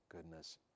goodness